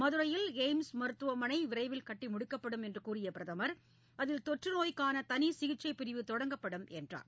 மதுரையில் எய்ம்ஸ் மருத்துவமனை விரைவில் கட்டி முடிக்கப்படும் என்று கூறிய பிரதமர் அதில் தொற்றுநோய்க்கான தனி சிகிச்சை பிரிவு தொடங்கப்படும் என்றார்